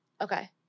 Okay